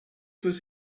was